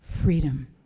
freedom